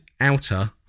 outer